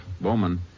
Bowman